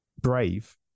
brave